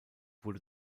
wurde